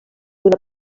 una